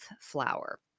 flower